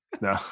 No